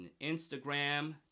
Instagram